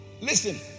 listen